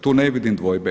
Tu ne vidim dvojbe.